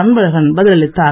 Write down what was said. அன்பழகன் பதில் அளித்தார்